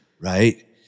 right